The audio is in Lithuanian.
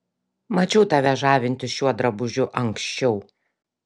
mačiau tave žavintis šiuo drabužiu anksčiau